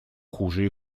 хуже